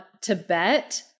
Tibet